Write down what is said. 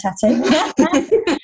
Tattoo